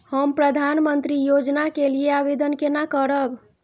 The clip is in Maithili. हम प्रधानमंत्री योजना के लिये आवेदन केना करब?